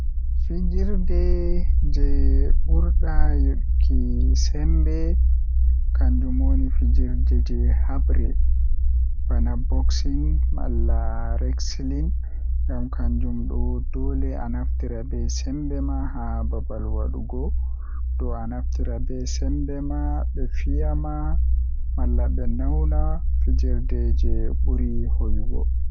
Fijirde jei burdaa yiduki sembe kanjum woni fijirde jei habre bana boksin malla reksilin ngam kanjum do doole anaftira be sembe ma haa babal wadugo dow anaftirai be sembe ma be fiya ma malla be nawna ma fijirde jei buri hoyugo.